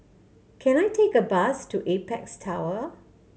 can I take a bus to Apex Tower